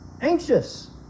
anxious